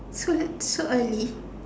so so early